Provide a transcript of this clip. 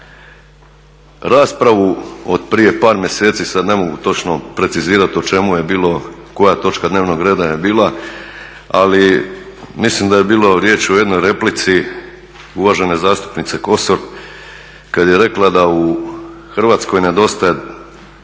raspravu od prije par mjeseci, sad ne mogu točno precizirati o čemu je bilo, koja točka dnevnog reda je bila, ali mislim da je bilo riječ o jednoj replici uvažene zastupnice Kosor kada je rekla da u Hrvatskoj nedostaje,